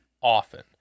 often